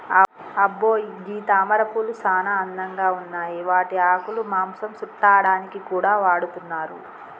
అబ్బో గీ తామరపూలు సానా అందంగా ఉన్నాయి వాటి ఆకులు మాంసం సుట్టాడానికి కూడా వాడతున్నారు